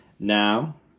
Now